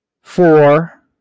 four